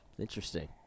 Interesting